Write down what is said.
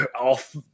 off